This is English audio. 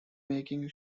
making